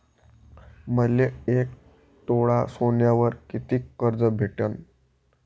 मले एक तोळा सोन्यावर कितीक कर्ज भेटन?